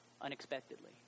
unexpectedly